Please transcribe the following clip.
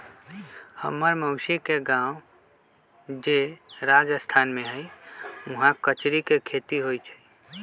हम्मर मउसी के गाव जे राजस्थान में हई उहाँ कचरी के खेती होई छई